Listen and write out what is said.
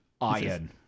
Iron